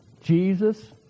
Jesus